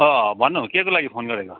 अँ भन्नु के को लागि फोन गरेको